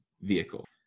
vehicle